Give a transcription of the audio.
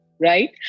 right